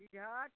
ठीक हइ हर